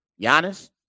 Giannis